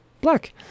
black